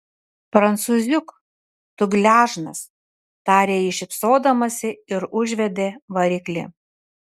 prancūziuk tu gležnas tarė ji šypsodamasi ir užvedė variklį